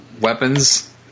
weapons